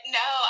no